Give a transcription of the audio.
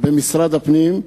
במשרד הפנים,